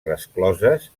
rescloses